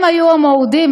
הם היו המורדים,